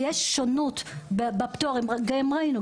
ויש שונות בפטורים, וראינו.